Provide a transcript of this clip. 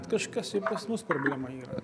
kažkas ir pas mus problema yra